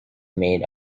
made